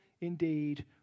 indeed